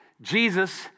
Jesus